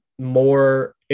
more